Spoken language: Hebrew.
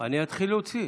אני אתחיל להוציא.